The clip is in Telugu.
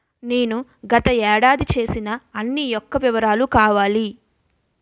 నేను గత ఏడాది చేసిన అన్ని యెక్క వివరాలు కావాలి?